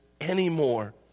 anymore